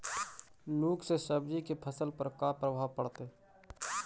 लुक से सब्जी के फसल पर का परभाव पड़तै?